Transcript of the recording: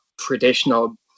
traditional